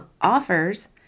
offers